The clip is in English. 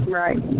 right